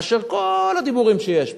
מאשר כל הדיבורים שיש פה.